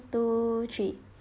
two three